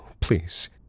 please